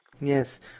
Yes